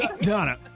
Donna